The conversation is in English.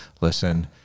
listen